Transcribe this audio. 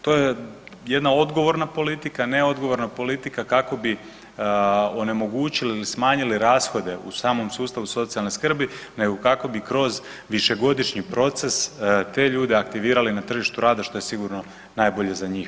To je jedna odgovorna politika, ne odgovorna politika kako bi onemogućili ili smanjili rashode u samom sustavu socijalne skrbi nego kako bi kroz višegodišnji proces te ljude aktivirali na tržištu rada, što je sigurno najbolje za njih.